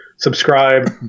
subscribe